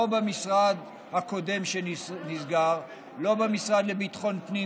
לא במשרד הקודם שנסגר ולא במשרד לביטחון פנים,